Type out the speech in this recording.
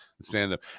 stand-up